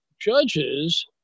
judges